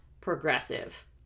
progressive